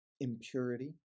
impurity